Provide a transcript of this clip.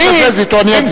אני אתקזז אתו, אני אצביע.